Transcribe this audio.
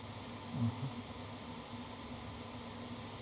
mmhmm